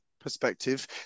perspective